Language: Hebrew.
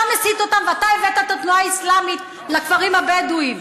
אתה מסית אותם ואתה הבאת את התנועה האסלאמית לכפרים הבדואיים.